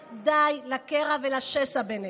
די, די לקרע ולשסע בינינו.